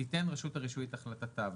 תיתן רשות הרישוי את החלטתה.